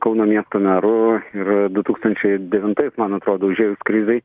kauno miesto meru ir du tūkstančiai devintais man atrodo užėjus krizei